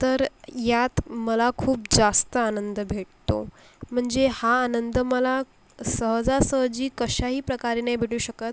तर यात मला खूप जास्त आनंद भेटतो मंजे हा आनंद मला सहजासहजी कशाही प्रकारे नाही भेटू शकत